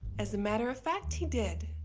as a matter of fact he did.